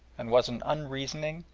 and was an unreasoning,